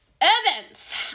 Events